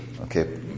Okay